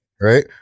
Right